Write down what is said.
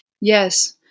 Yes